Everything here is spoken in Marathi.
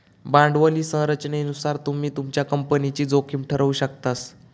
भांडवली संरचनेनुसार तुम्ही तुमच्या कंपनीची जोखीम ठरवु शकतास